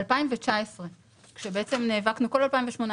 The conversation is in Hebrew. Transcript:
בשנת 2019 כשבעצם נאבקנו כל 2018,